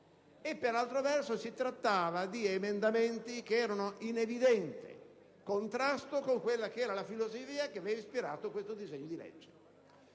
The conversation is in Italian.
per altro verso, si trattava di emendamenti che erano in evidente contrasto con la filosofia che aveva ispirato questo disegno di legge,